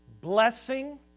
blessing